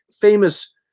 famous